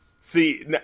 see